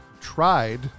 tried